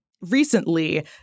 Recently